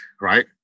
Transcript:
right